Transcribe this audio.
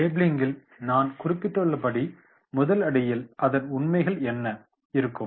லேபிளிங்கில் நான் குறிப்பிட்டுள்ளபடி முதலடியில் அதன் உண்மைகள் என்ன இருக்கும்